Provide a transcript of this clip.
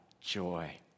joy